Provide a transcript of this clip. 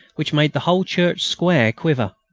which made the whole church-square quiver.